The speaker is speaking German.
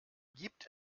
gibt